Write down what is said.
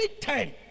time